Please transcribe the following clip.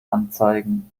anzeigen